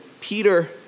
Peter